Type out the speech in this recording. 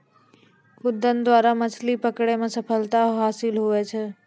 खुद्दन द्वारा मछली पकड़ै मे सफलता हासिल हुवै छै